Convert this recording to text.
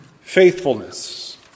Faithfulness